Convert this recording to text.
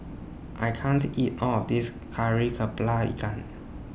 I can't eat All of This Kari Kepala Ikan